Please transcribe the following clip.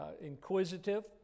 inquisitive